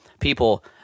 people